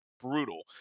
brutal